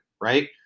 right